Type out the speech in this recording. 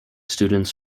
students